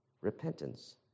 repentance